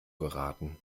geraten